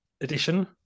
Edition